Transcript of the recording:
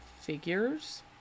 figures